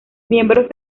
miembros